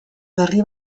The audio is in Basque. berri